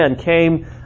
came